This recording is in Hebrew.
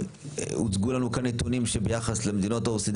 הוצגו לנו כאן נתונים שביחס למדינות OECD